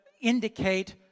indicate